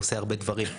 הוא עושה הרבה דברים.